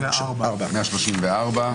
בהסתייגות 134,